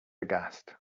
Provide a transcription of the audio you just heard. aghast